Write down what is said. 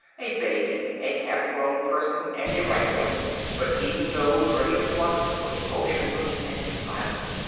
a baby, a half-grown person and a ripe one but even those ready to pluck were motionless and silent,